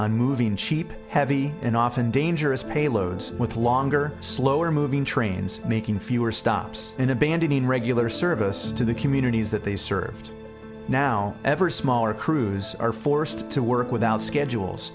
on moving cheap heavy and often dangerous payloads with longer slower moving trains making fewer stops and abandoning regular service to the communities that they served now ever smaller crews are forced to work without schedules